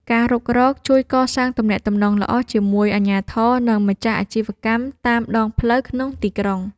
ការរុករកជួយកសាងទំនាក់ទំនងល្អជាមួយអាជ្ញាធរ និងម្ចាស់អាជីវកម្មតាមដងផ្លូវក្នុងទីក្រុង។